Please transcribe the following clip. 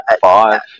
Five